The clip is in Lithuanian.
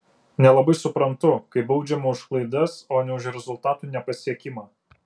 nelabai suprantu kai baudžiama už klaidas o ne už rezultatų nepasiekimą